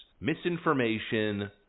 misinformation